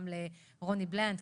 גם רוני בלנק,